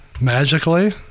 magically